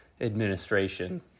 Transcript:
administration